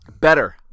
Better